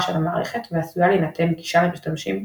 של המערכת ועשויה להינתן גישה למשתמשים